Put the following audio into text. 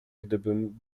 gdybym